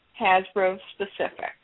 Hasbro-specific